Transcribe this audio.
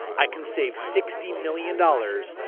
i can save sixty million dollars.